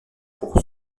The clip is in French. pour